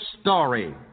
story